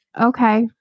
Okay